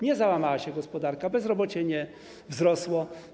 Nie załamała się gospodarka, bezrobocie nie wzrosło.